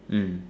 mm